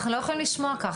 אנחנו לא יכולים לשמוע ככה.